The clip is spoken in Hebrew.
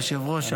היושב-ראש.